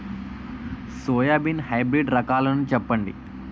Soybean hybrid రకాలను చెప్పండి?